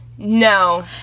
No